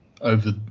over